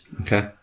Okay